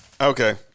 Okay